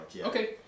Okay